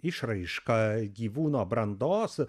išraiška gyvūno brandos